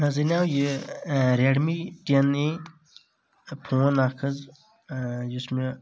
مےٚ حٕظ انیاو یہِ Redmi ten A phone اکھ حظ یُس مےٚ